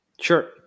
Sure